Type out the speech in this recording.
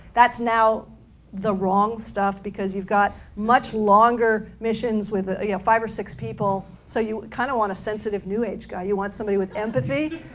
that's now the wrong stuff because you've got much longer missions with yeah five or six people, so you kind of want a sensitive, new age guy. you want someone with empathy.